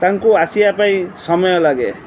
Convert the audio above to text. ତାଙ୍କୁ ଆସିବା ପାଇଁ ସମୟ ଲାଗେ